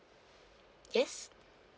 yes